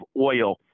oil